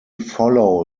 follow